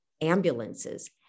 ambulances